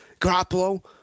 Garoppolo